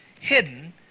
hidden